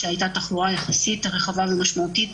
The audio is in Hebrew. עת הייתה תחלואה יחסית רחבה ומשמעותית